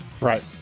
Right